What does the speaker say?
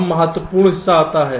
अब महत्वपूर्ण हिस्सा आता है